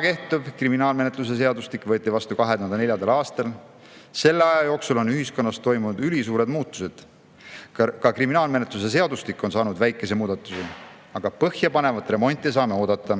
kehtiv kriminaalmenetluse seadustik võeti vastu 2004. aastal. Selle aja jooksul on ühiskonnas toimunud ülisuured muutused. Ka kriminaalmenetluse seadustikus on tehtud väikesi muudatusi, aga põhjapanevat remonti saame oodata,